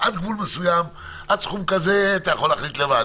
עד לסכום כזה אפשר להחליט לבד.